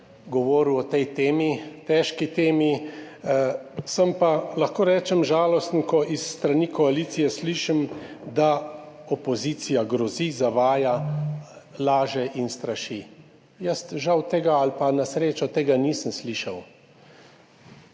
govoril o tej temi, težki temi, sem pa, lahko rečem, žalosten, ko s strani koalicije slišim, da opozicija grozi, zavaja, laže in straši. Jaz žal ali pa na srečo tega nisem slišal.